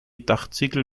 dachziegel